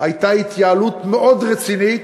הייתה התייעלות מאוד רצינית,